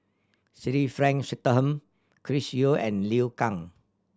Frank Swettenham Chris Yeo and Liu Kang